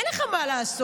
אין לך מה לעשות.